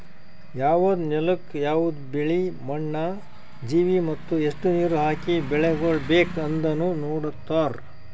ಯವದ್ ನೆಲುಕ್ ಯವದ್ ಬೆಳಿ, ಮಣ್ಣ, ಜೀವಿ ಮತ್ತ ಎಸ್ಟು ನೀರ ಹಾಕಿ ಬೆಳಿಗೊಳ್ ಬೇಕ್ ಅಂದನು ನೋಡತಾರ್